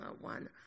one